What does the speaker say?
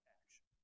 action